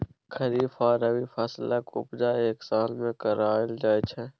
खरीफ आ रबी फसलक उपजा एक साल मे कराएल जाइ छै